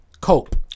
cope